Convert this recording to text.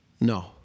no